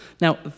Now